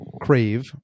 crave